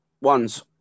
ones